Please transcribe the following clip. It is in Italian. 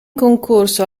concorso